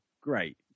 great